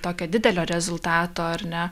tokio didelio rezultato ar ne